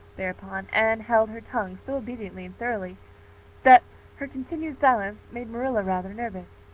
thereupon anne held her tongue so obediently and thoroughly that her continued silence made marilla rather nervous,